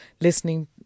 listening